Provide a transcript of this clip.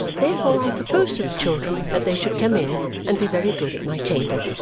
therefore i proposed to the children that they should come in and be very good at my table,